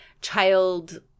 child